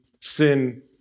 sin